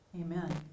Amen